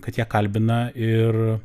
kad ją kalbina ir